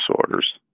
disorders